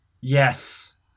Yes